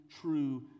true